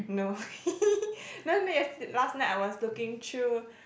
no no no yesterday last night I was looking through